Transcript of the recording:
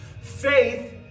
Faith